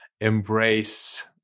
embrace